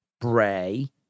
Bray